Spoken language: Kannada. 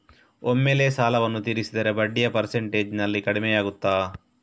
ಒಮ್ಮೆಲೇ ಸಾಲವನ್ನು ತೀರಿಸಿದರೆ ಬಡ್ಡಿಯ ಪರ್ಸೆಂಟೇಜ್ನಲ್ಲಿ ಕಡಿಮೆಯಾಗುತ್ತಾ?